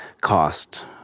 cost